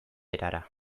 erara